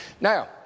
Now